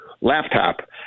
laptop